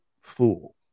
fool